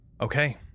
Okay